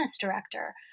director